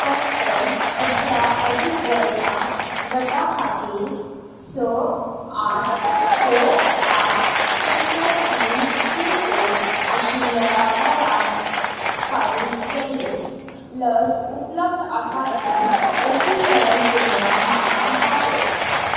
फकत अठरा अदीक वर्सा गटा खातीर स आठ स आठ शुन्य तीन पीन कोड आशिल्ल्या वाठारांत फारीक केल्लें लस उपलब्ध आसा ती लसीकरण केंद्रां म्हाका दाखय